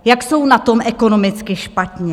Jak jsou na tom ekonomicky špatně?